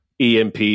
EMP